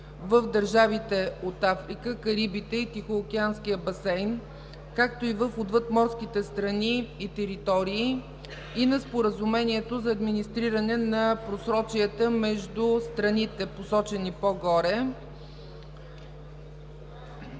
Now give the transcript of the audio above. в държавите от Африка, Карибите и Тихоокеанския басейн, както и в отвъдморските страни и територии и на Споразумението за администриране на просрочията между страните, посочени по-горе,